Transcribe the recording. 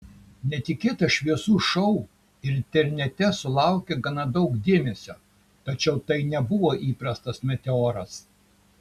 netikėtas šviesų šou internete sulaukė gana daug dėmesio tačiau tai nebuvo įprastas meteoras